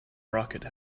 rocket